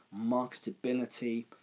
marketability